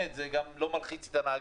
זה גם לא מלחיץ את הנהגים,